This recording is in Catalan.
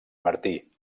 martí